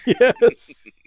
yes